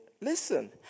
listen